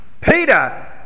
Peter